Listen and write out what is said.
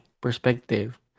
perspective